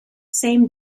same